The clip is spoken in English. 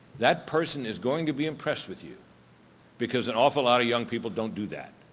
that person is going to be impressed with you because an awful lot of young people don't do that.